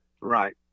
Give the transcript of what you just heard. Right